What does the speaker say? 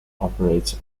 operates